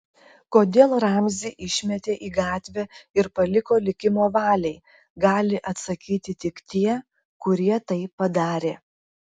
kodėl ramzį išmetė į gatvę ir paliko likimo valiai gali atsakyti tik tie kurie tai padarė